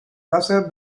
wasser